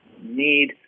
need